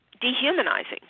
dehumanizing